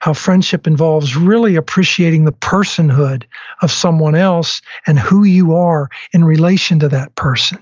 how friendship involves really appreciating the personhood of someone else and who you are in relation to that person.